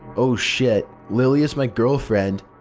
oh shit, lily is my girlfriend.